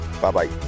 Bye-bye